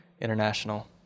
international